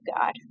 God